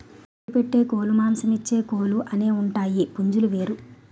గుడ్లు పెట్టే కోలుమాంసమిచ్చే కోలు అనేవుంటాయి పుంజులు వేరు